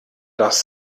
das